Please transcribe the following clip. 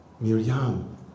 Miriam